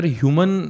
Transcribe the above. human